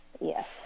Yes